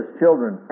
children